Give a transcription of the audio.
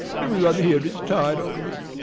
every one here is tired of me.